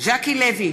ז'קי לוי,